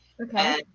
okay